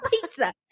pizza